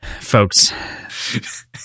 Folks